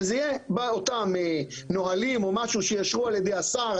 שזה יהיה אותם נהלים שיאושרו על ידי השר,